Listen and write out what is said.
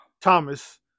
Thomas